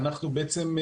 אנחנו בעצם,